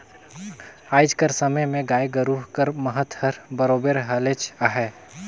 आएज कर समे में गाय गरू कर महत हर बरोबेर हलेच अहे